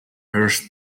first